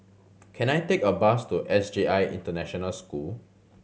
can I take a bus to S J I International School